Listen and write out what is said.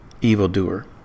evildoer